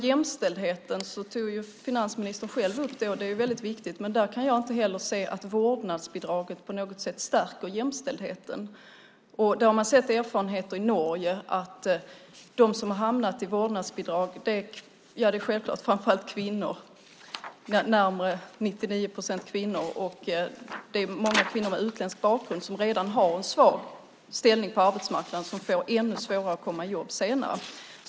Jämställdheten tog finansministern själv upp, och det är väldigt viktigt, men där kan jag inte heller se att vårdnadsbidraget på något sätt stärker jämställdheten. Man har erfarenheter i Norge av att de som har hamnat i vårdnadsbidrag framför allt är kvinnor, närmare 99 procent kvinnor. Det är många kvinnor med utländsk bakgrund som redan har en svag ställning på arbetsmarknaden och som får ännu svårare att få jobb senare.